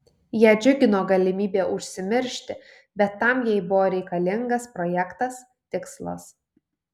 ją džiugino galimybė užsimiršti bet tam jai buvo reikalingas projektas tikslas